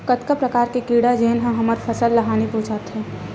कतका प्रकार के कीड़ा जेन ह हमर फसल ल हानि पहुंचाथे?